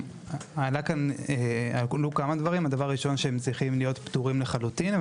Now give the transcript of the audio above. הועלו כמה דברים: הדבר הראשון שהם צריכים להיות פטורים לחלוטין;